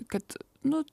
kad nu